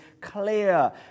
clear